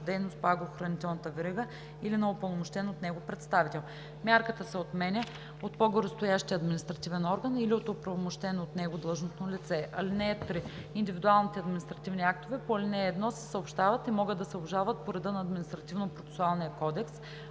дейност по агрохранителната верига или на упълномощен от него представител. Мярката се отменя от по-горестоящия административен орган или от оправомощено от него длъжностно лице. (3) Индивидуалните административни актове по ал. 1 се съобщават и могат да се обжалват по реда на Административнопроцесуалния кодекс.